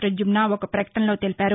ప్రద్యుమ్న ఒక ప్రకటనలో తెలిపారు